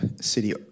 city